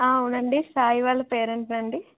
అ అవునండి సాయి వాళ్ళ పేరెంట్ అండి